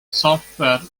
software